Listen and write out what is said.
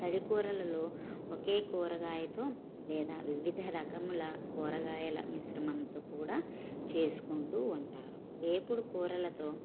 తడికూరలలో ఒకే కూరగాయతో లేదా వివిధరకముల కూరగాయల మిశ్రమంతో కూడా చేసుకుంటూ ఉంటారు వేపుడుకూరలతో